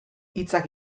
hitzak